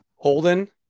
Holden